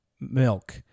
milk